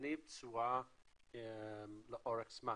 להניב תשואה לאורך זמן.